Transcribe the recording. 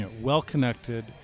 well-connected